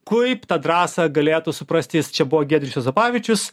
kaip tą drąsą galėtų suprasti jis čia buvo giedrius juozapavičius